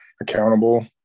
accountable